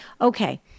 Okay